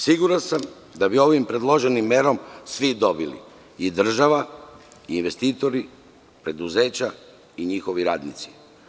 Siguran sam da bi ovom predloženom merom svi dobili i država, investitori, preduzeća i njihovi radnici.